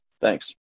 Thanks